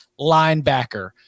linebacker